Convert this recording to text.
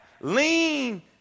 lean